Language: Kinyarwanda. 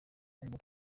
ubwo